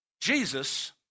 Jesus